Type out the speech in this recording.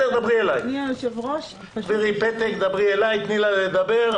תעבירי פתק, דברי אלי, תני לה לדבר.